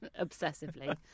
obsessively